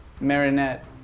Marinette